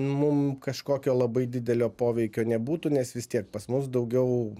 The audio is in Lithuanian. nu mum kažkokio labai didelio poveikio nebūtų nes vis tiek pas mus daugiau